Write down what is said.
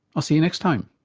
i'll see you next time